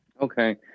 okay